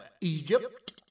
egypt